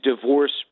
divorce